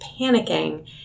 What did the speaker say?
panicking